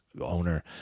owner